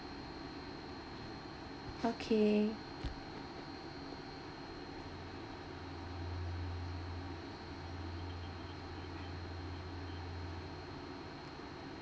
okay